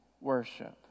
worship